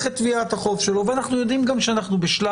את כל הטיעונים שלי כאן אני כמובן לא